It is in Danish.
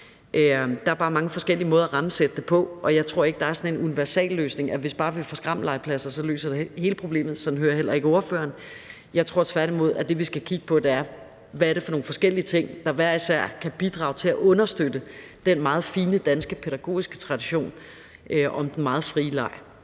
er bare mange forskellige måder at rammesætte det på, og jeg tror ikke, der er sådan en universalløsning, altså at hvis bare vi får skrammellegepladser, løser det hele problemet. Sådan hører jeg heller ikke ordføreren sige det; men jeg tror tværtimod, at det, vi skal kigge på, er, hvad det er for nogle forskellige ting, der hver især kan bidrage til at understøtte den meget fine danske pædagogiske tradition med den meget frie leg.